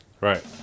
Right